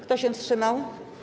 Kto się wstrzymał?